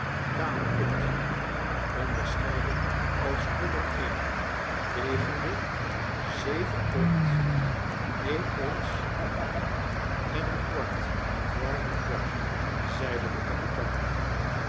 kale kind onderscheiden als nommer een wegende zeven pond een ons en een kwart avoir du poi s zeide de kapitein